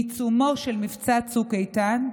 בעיצומו של מבצע צוק איתן,